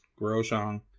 Groshong